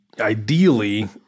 ideally